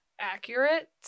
accurate